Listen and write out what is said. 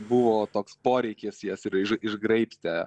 buvo toks poreikis jas ir iš išgraibstė